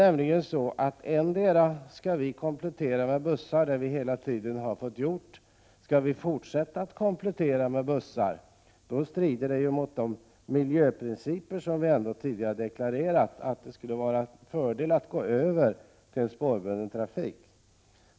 Om vi skall komplettera järnvägstrafiken med busstrafik, så som vi hittills har gjort, strider det mot vissa miljöprinciper. Vi har ju tidigare deklarerat att det skulle vara en fördel att gå över till spårbunden trafik.